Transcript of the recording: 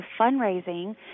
fundraising